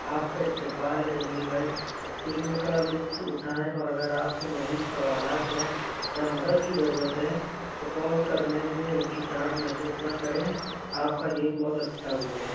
آپ کا استقبال ہے جمیل بھائی فلم کا لطف اٹھائیں اور اگر آپ کے مزید سوالات ہیں یا مدد کی ضرورت ہے تو کال کرنے میں ہچکچاہٹ محسوس نہ کریں آپ کا دن بہت اچھا گزرے